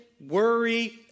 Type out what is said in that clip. worry